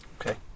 Okay